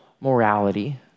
morality